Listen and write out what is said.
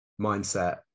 mindset